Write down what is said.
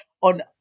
on